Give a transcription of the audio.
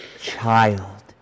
child